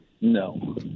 No